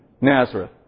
Nazareth